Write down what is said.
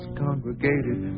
congregated